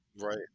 Right